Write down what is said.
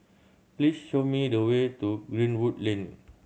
please show me the way to Greenwood Lane